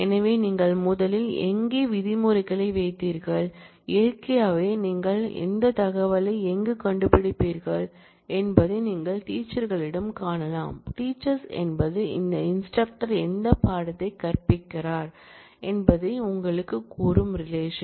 எனவே நீங்கள் முதலில் எங்கே விதிமுறைகளை வைத்தீர்கள் இயற்கையாகவே நீங்கள் இந்த தகவலை எங்கே கண்டுபிடிப்பீர்கள் என்பதை நீங்கள் டீச்சர்ஸ்களிடம் காணலாம் டீச்சர்ஸ் என்பது எந்த இன்ஸ்டிரக்டர் எந்த பாடத்தை கற்பிக்கிறார் என்பதை உங்களுக்குக் கூறும் ரிலேஷன்